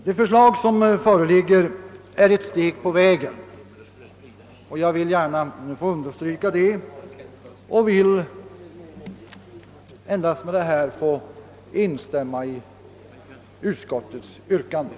Det förslag som nu föreligger är ett steg på vägen, och jag vill med det anförda endast instämma i utskottets hemställan.